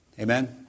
Amen